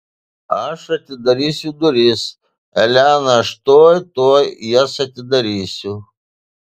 aš atidarysiu duris elena aš tuoj tuoj jas atidarysiu